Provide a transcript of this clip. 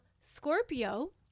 Scorpio